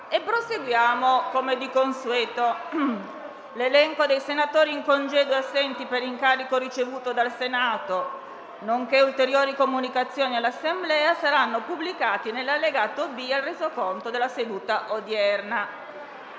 apre una nuova finestra"). L'elenco dei senatori in congedo e assenti per incarico ricevuto dal Senato, nonché ulteriori comunicazioni all'Assemblea saranno pubblicati nell'allegato B al Resoconto della seduta odierna.